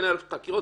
אין עליו חקירות?